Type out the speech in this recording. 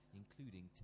including